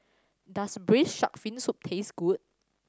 does Braised Shark Fin Soup taste good